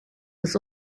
was